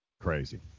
Crazy